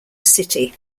city